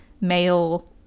male